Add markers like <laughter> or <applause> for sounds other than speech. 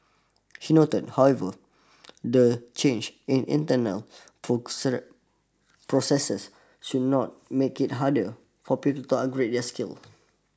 he noted however the changes in internal <unintelligible> processes should not make it harder for people to upgrade their skills